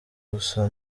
gusa